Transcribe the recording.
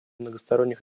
многосторонних